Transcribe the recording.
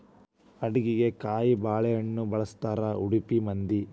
ಅಡಿಗಿಗೆ ಕಾಯಿಬಾಳೇಹಣ್ಣ ಬಳ್ಸತಾರಾ ಉಡುಪಿ ಮಂದಿ